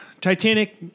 Titanic